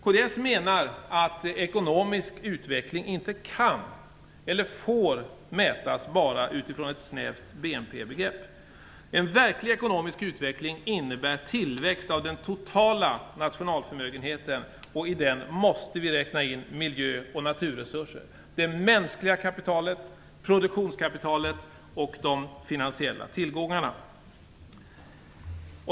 Kds menar att ekonomisk utveckling inte kan eller får mätas enbart utifrån ett snävt BNP-begrepp. En verklig ekonomisk uktveckling innebär tillväxt av den totala nationalförmögenheten. I denna måste vi räkna in miljö och naturresurser, det mänskliga kapitalet, produktionskapitalet och de finansiella tillgångarna.